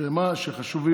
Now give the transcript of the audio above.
שהם ממש חשובים,